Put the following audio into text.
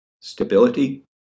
stability